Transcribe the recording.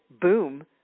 boom